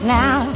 now